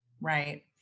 Right